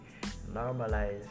normalize